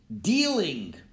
Dealing